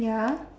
ya